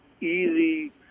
Easy